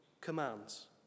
commands